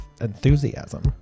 enthusiasm